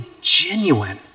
genuine